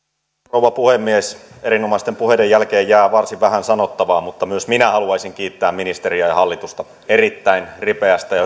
rouva puhemies erinomaisten puheiden jälkeen jää varsin vähän sanottavaa mutta myös minä haluaisin kiittää ministeriä ja hallitusta erittäin ripeästä ja